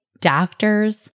doctors